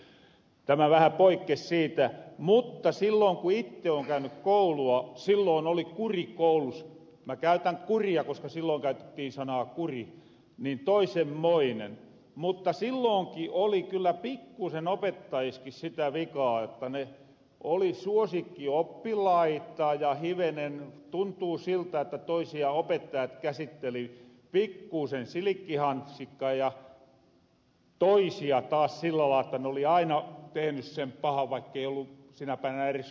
tämä vähän poikkes siitä mutta silloon kun itte oon käyny koulua silloon oli kuri koulus mä käytän sanaa kuri koska silloon sitä käytettiin toisenmoinen mutta silloonkin oli kyllä pikkusen opettajissakin sitä vikaa että oli suosikkioppilaita ja hivenen tuntuu siltä että toisia opettajat käsitteli pikkuusen silikkihansikkain ja toisia taas sillä lailla että ne oli aina tehny sen pahan vaikkei ollu sinä päivänä eres kouluskaan